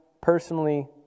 personally